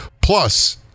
Plus